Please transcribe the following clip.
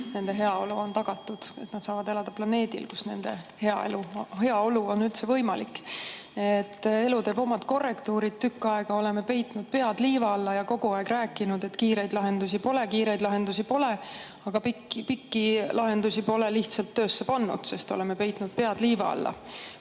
nende heaolu on tagatud, et nad saavad elada planeedil, kus nende heaolu on üldse võimalik. Elu teeb omad korrektuurid, tükk aega oleme peitnud pead liiva alla ja kogu aeg rääkinud, et kiireid lahendusi pole, kiireid lahendusi pole. Aga pikaajalisi lahendusi pole lihtsalt töösse pannud, sest oleme peitnud pead liiva alla.